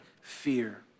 fear